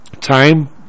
time